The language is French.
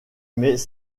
mais